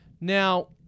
Now